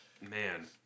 Man